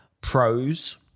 pros